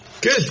Good